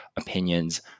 opinions